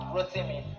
Rotimi